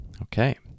Okay